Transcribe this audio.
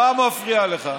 מה מפריע לך?